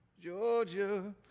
Georgia